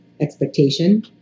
expectation